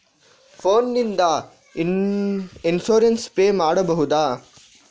Phone ನಿಂದ insurance pay ಮಾಡಬಹುದ?